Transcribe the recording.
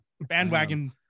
Bandwagon